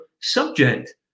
subject